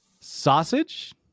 Sausage